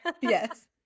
yes